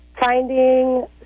finding